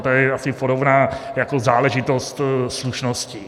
To je asi podobná záležitost slušnosti.